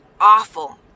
awful